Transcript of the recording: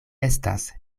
estas